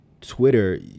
twitter